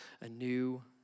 anew